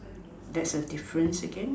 that's a difference again